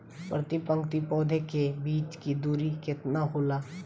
प्रति पंक्ति पौधे के बीच की दूरी केतना होला?